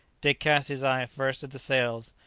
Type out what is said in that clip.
dick cast his eye first at the sails,